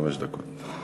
חמש דקות.